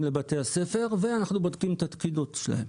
לבתי הספר ואנחנו בודקים את התקינות שלהם.